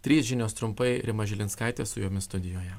trys žinios trumpai rima žilinskaitė su jumis studijoje